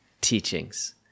teachings